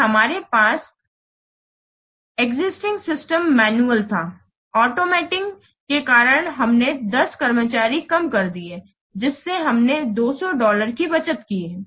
की हमारे पास एक्सिस्टिंग सिस्टम मैनुअल था ऑटोमॅटिंग के कारण हमने 10 कर्मचारी कम कर दिए हैं जिससे हमने 200 डॉलर की बचत की है